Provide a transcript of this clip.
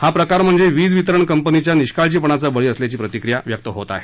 हा प्रकार म्हणजे वीज वितरण कंपनीच्या निष्काळजीपणाचा बळी असल्याची प्रतिक्रिया व्यक्त होत आहे